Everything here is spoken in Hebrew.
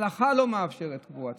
ההלכה לא מאפשרת קבורה בקומות.